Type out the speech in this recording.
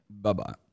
Bye-bye